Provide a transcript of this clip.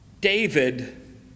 David